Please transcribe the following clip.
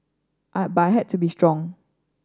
but I had to be strong